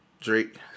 Drake